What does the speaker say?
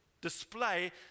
display